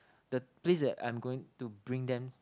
the place that I'm going to bring them